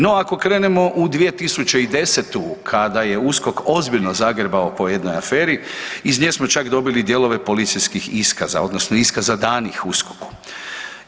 No, ako krenemo u 2010. kada je USKOK ozbiljno zagrebao po jednoj aferi, iz nje smo čak dobili dijelove policijskih iskaza, odnosno iskaza danih USKOK-u.